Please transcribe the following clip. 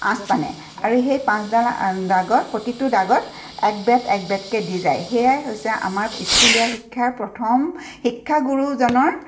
আঁচ টানে আৰু সেই পাঁচডাল দাগত প্ৰতিটো দাগত এক বেত এক বেত কে দি যায় সেয়াই হৈছে আমাৰ স্কুলীয়া শিক্ষাৰ প্ৰথম শিক্ষাগুৰুজনৰ